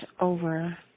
over